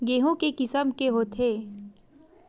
गेहूं के किसम के होथे?